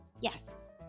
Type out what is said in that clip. Yes